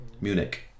Munich